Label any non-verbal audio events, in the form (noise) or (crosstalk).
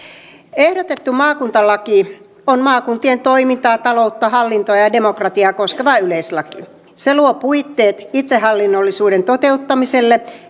ehdotettu maakuntalaki on maakuntien toimintaa taloutta hallintoa ja ja demokratiaa koskeva yleislaki se luo puitteet itsehallinnollisuuden toteuttamiselle (unintelligible)